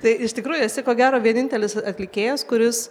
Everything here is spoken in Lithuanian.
tai iš tikrųjų esi ko gero vienintelis atlikėjas kuris